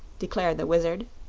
declared the wizard.